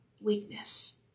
weakness